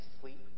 sleep